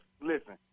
listen